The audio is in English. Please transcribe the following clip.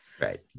Right